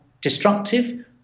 destructive